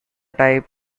type